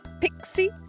pixie